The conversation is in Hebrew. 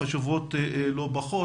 חשובות לא פחות,